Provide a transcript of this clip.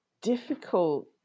difficult